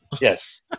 Yes